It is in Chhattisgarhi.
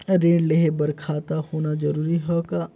ऋण लेहे बर खाता होना जरूरी ह का?